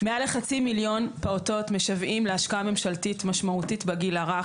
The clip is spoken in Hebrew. מעל לחצי מיליון פעוטות משוועים להשקעה ממשלתית משמעותית בגיל הרך,